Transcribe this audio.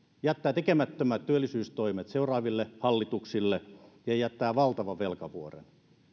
jättää tekemättömät työllisyystoimet seuraaville hallituksille ja jättää valtavan velkavuoren